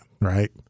right